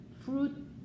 fruit